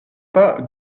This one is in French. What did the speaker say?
pas